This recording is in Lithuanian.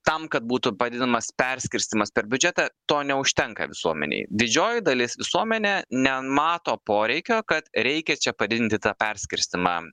tam kad būtų padedamas perskirstymas per biudžetą to neužtenka visuomenėj didžioji dalis visuomenė nemato poreikio kad reikia čia padidinti tą perskirstymą